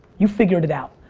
you've figured it out.